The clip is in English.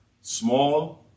Small